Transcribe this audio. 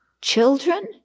Children